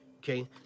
Okay